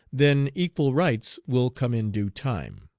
then equal rights will come in due time.